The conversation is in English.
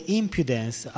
impudence